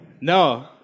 No